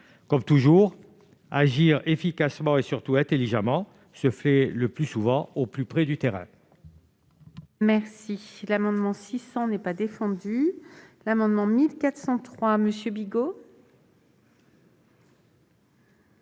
Comme toujours, agir efficacement et surtout intelligemment demande de se placer au plus près du terrain.